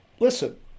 Listen